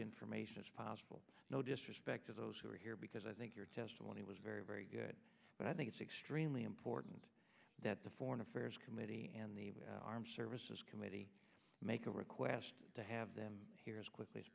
information as possible no disrespect to those who are here because i think your testimony was very very good but i think it's extremely important that the foreign affairs committee and the armed services committee make a request to have them here as quickly as